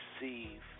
receive